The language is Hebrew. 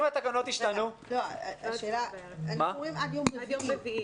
אם התקנות ישתנו --- עד יום רביעי.